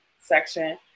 section